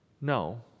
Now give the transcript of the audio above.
No